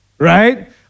right